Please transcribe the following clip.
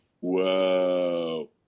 whoa